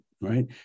Right